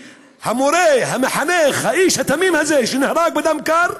המורה, המחנך, האיש התמים הזה שנהרג בדם קר,